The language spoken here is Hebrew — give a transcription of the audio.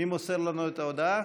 מי מוסר לנו את ההודעה?